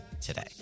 today